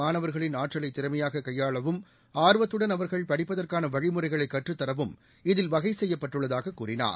மாணவர்களின் ஆற்றலைத் திறமையாக கையாளவும் ஆர்வத்துடன் அவர்கள் படிப்பதற்கான வழிமுறைகளைக் கற்றுத் தரவும் இதில் வகை செய்யப்பட்டுள்ளதாக கூறினார்